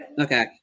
Okay